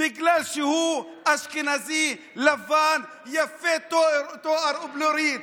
בגלל שהוא אשכנזי לבן יפה תואר ובלורית.